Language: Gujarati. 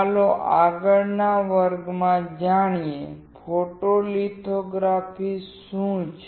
ચાલો આગળના વર્ગમાં જાણીએ ફોટોલિથોગ્રાફી શું છે